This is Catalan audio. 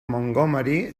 montgomery